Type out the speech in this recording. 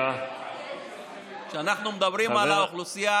כשאנחנו מדברים על האוכלוסייה